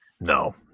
no